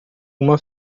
uma